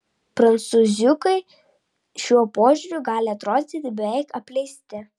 prancūziukai šiuo požiūriu gali atrodyti beveik apleisti